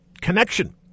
connection